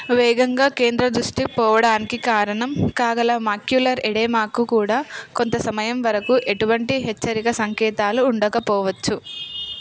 వేగంగా కేంద్ర దృష్టి పోవడానికి కారణం కాగల మాక్యులర్ ఎడెమాకు కూడా కొంత సమయం వరకు ఎటువంటి హెచ్చరిక సంకేతాలు ఉండకపోవచ్చు